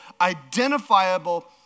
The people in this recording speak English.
identifiable